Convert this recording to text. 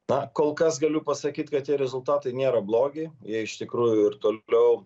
na kol kas galiu pasakyt kad tie rezultatai nėra blogi jie iš tikrųjų ir toliau